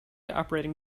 operating